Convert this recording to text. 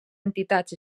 entitats